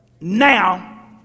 now